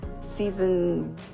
Season